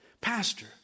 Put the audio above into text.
Pastor